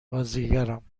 بازیگرم